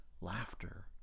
laughter